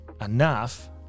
enough